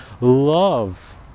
love